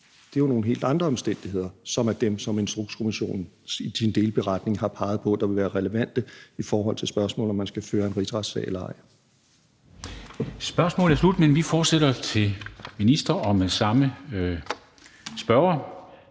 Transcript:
Det er jo nogle helt andre omstændigheder, som er dem, som Instrukskommissionen i sin delberetning har peget på der ville være relevante i forhold til spørgsmålet om, hvorvidt man skal føre en rigsretssag eller ej. Kl. 15:22 Formanden (Henrik Dam Kristensen): Spørgsmålet